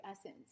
essence